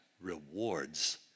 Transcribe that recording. rewards